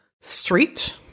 Street